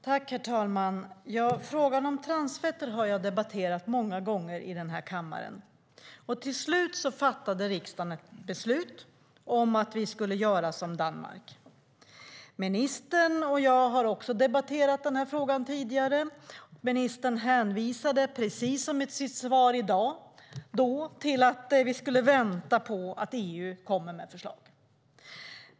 Herr talman! Frågan om transfetter har jag debatterat många gånger i denna kammare. Till slut fattade riksdagen ett beslut om att vi skulle göra som Danmark. Ministern och jag har också debatterat den här frågan tidigare. Ministern hänvisade då, precis som i sitt svar i dag, till att vi skulle vänta på att EU kommer med förslag.